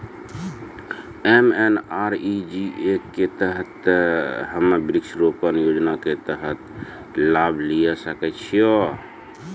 MNREGA के तहत हम्मय वृक्ष रोपण योजना के तहत लाभ लिये सकय छियै?